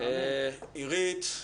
עירית,